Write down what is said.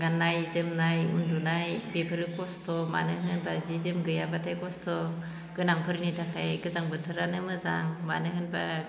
गाननाय जोमनाय उन्दुनाय बेफोरो खस्थ' मानो होनब्ला जि जोम गैयाब्लाथाय खस्थ' गोनांफोरनि थाखाय गोजां बोथोरानो मोजां मानो होनब्ला